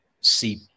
see